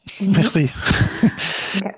Merci